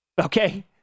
Okay